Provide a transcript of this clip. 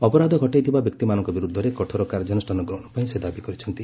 ଅପରାଧ ଘଟାଇଥିବା ବ୍ୟକ୍ତିମାନଙ୍କ ବିରୋଧରେ କଠୋର କାର୍ଯ୍ୟାନୁଷ୍ଠାନ ଗ୍ରହଣ ପାଇଁ ସେ ଦାବୀ କରିଚ୍ଛନ୍ତି